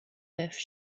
earth